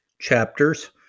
chapters